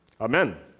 Amen